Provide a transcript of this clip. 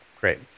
Great